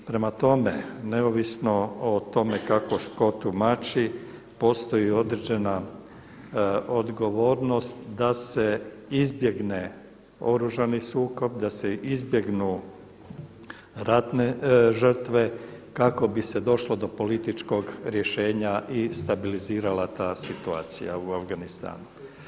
Prema tome, neovisno o tome kako tko tumači postoji određena odgovornost da se izbjegne oružani sukob da se izbjegnu ratne žrtve kako bi se došlo do političkog rješenja i stabilizirala ta situacija u Afganistanu.